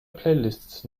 playlists